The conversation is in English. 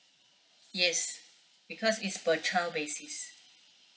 yes because it's per child basis